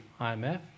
IMF